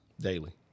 Daily